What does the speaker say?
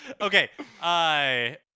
Okay